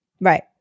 Right